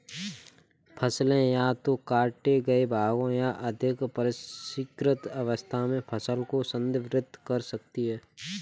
फसलें या तो काटे गए भागों या अधिक परिष्कृत अवस्था में फसल को संदर्भित कर सकती हैं